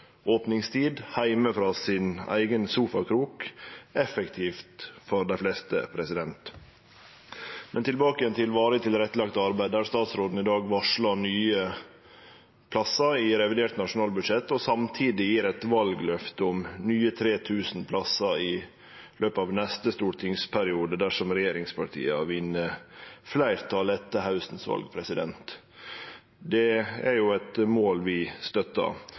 opningstid, heime frå sin eigen sofakrok. Det er effektivt for dei fleste. Men tilbake til varig tilrettelagd arbeid: Statsråden varsla i dag nye plassar i revidert nasjonalbudsjett og gjev samtidig eit valløfte om nye 3 000 plassar i løpet av neste stortingsperiode dersom regjeringspartia vinn fleirtal etter valet til hausten. Det er eit mål vi støttar.